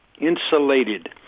insulated